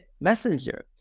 messenger